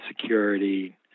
security